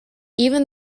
even